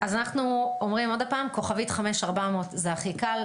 שוב - *5400 זה הכי קל.